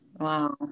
Wow